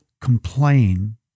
complain